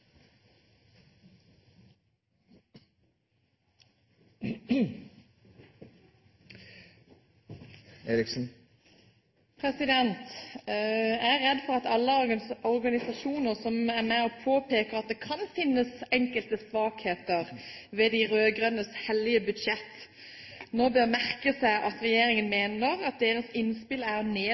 redd for at alle organisasjoner som er med og påpeker at det kan finnes enkelte svakheter ved de rød-grønnes hellige budsjett, nå bør merke seg at regjeringen mener at deres innspill er å snakke ned